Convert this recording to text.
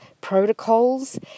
protocols